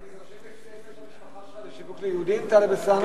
אדוני היושב-ראש,